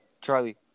Charlie